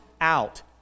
out